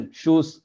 shoes